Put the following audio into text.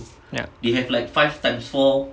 yup